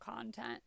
content